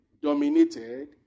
dominated